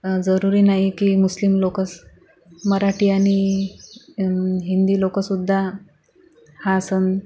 जरुरी नाही की मुस्लिम लोकच मराठी आणि हिंदी लोक सुद्धा हा सण